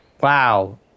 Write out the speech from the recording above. Wow